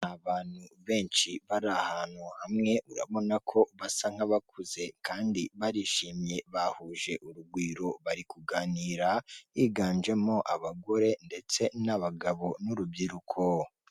Abantu benshi bari ahantu hamwe urabona ko basa nkabakuze kandi barishimye bahuje urugwiro, bari kuganira higanjemo abagore ndetse n'abagabo n'urubyiruko.